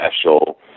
special